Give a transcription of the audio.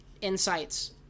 insights